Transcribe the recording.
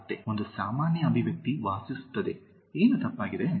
ಮತ್ತೆ ಒಂದು ಸಾಮಾನ್ಯ ಅಭಿವ್ಯಕ್ತಿ ವಾಸಿಸುತ್ತದೆ ಏನು ತಪ್ಪಾಗಿದೆ